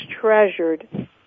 treasured